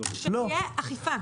שתהיה אכיפה.